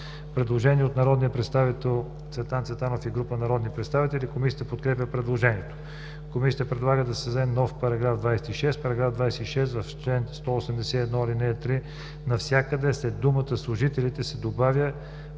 Предложение от народния представител Цветан Цветанов и група народни представители. Комисията подкрепя предложението. Комисията предлага да се създаде нов § 26: „§ 26. В чл. 181, ал. 3 навсякъде след думата „служителите“ се добавя